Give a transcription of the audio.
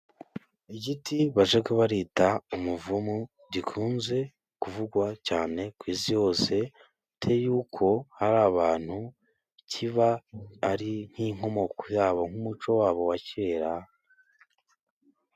Igiti bajya barita umuvumu, gikunze kuvugwa cyane ku isi hose, bitewe yuko hari abantu kiba ari nk'inkomoko yabo, nk'umuco wabo wa kera.